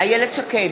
איילת שקד,